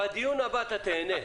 בדיון הבא אתה תיהנה.